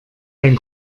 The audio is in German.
ein